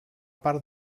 part